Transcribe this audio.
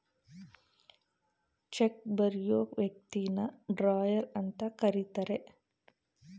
check ಬರಿಯೋ ವ್ಯಕ್ತಿನ drawer ಅಂತ ಕರಿತರೆ